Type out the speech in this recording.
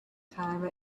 time